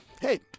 hey